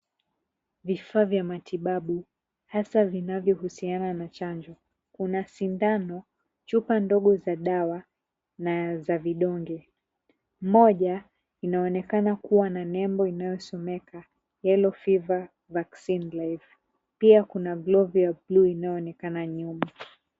Vifaa vya matibabu, hasa vinavyohusiana na chanjo. Kuna sindano, chupa ndogo za dawa na za vidonge. Moja inaonekana kuwa na nembo inayosomeka Yellow Fever Vaccine Life . Pia kuna glovu ya bluu inayoonekana nyuma.